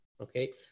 okay